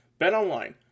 BetOnline